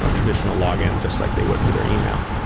ah traditional log-in just like they would for their email.